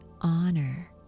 honor